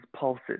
pulses